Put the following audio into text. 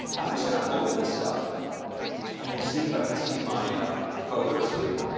i'm just going to open this up and we'll see that i can see my my photos here.